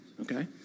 Okay